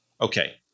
Okay